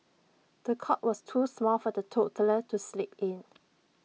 the cot was too small for the toddler to sleep in